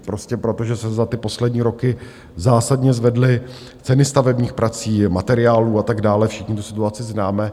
Prostě proto, že se za poslední roky zásadně zvedly ceny stavebních prací, materiálů a tak dále, všichni tu situaci známe.